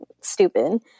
stupid